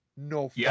no